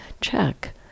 check